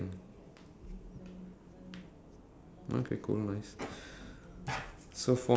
any form of weapon like blades mostly I don't want guns cause guns sure